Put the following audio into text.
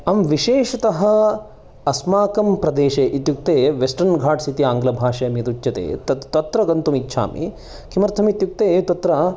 आम् विशेषतः अस्माकं प्रदेशे इत्युक्ते वेस्टर्न घाट्स इति आङ्ग्लभाषायां यदुच्यते तत्र गन्तुं इच्छामि किमर्थं इत्युक्ते तत्र